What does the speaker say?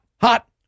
hot